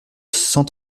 cent